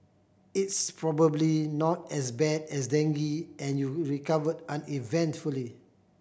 it's probably not as bad as dengue and you recover uneventfully